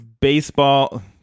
baseball